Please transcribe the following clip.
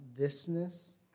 thisness